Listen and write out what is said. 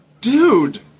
dude